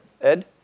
Ed